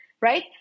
right